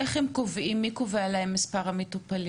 מי קובע להם את מספר המטופלים?